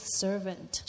servant